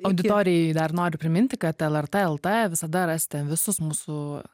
auditorijai dar noriu priminti kad lrt lt visada rasite visus mūsų